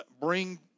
bring